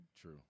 True